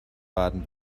baden